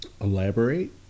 Elaborate